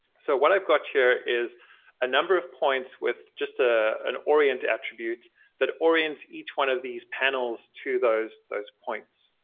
so what i've got here is a number of points with just ah an orient attribute that orients each one of these panels to those those points.